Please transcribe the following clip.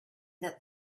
that